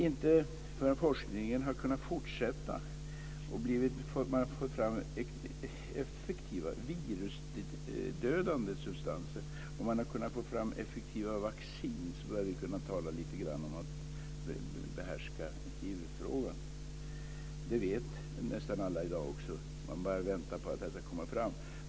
Inte förrän forskningen har kunnat fortsätta och man har fått fram effektiva virusdödande substanser och effektiva vacciner börjar vi lite grann kunna tala om att behärska hivfrågan. Det vet också nästan alla i dag; man bara väntar på att det ska komma fram.